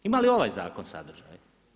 Imali ovaj zakon sadržaj?